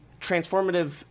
transformative